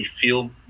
feel